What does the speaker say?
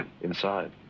inside